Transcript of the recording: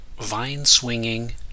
vine-swinging